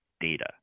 data